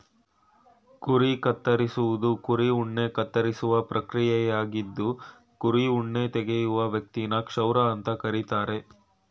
ಕುರಿ ಕತ್ತರಿಸುವುದು ಕುರಿ ಉಣ್ಣೆ ಕತ್ತರಿಸುವ ಪ್ರಕ್ರಿಯೆಯಾಗಿದ್ದು ಕುರಿ ಉಣ್ಣೆ ತೆಗೆಯುವ ವ್ಯಕ್ತಿನ ಕ್ಷೌರ ಅಂತ ಕರೀತಾರೆ